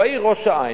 בעיר ראש-העין,